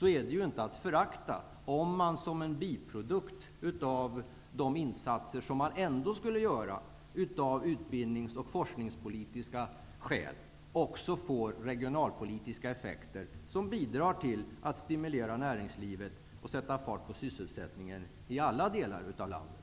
vill jag framhålla att det inte är att förakta om man såsom en biprodukt av de insatser som man ändå skulle göra av utbildnings och forskningspolitiska skäl också får regionalpolitiska effekter, som bidrar till att stimulera näringslivet och sätta fart på sysselsättningen i alla delar av landet.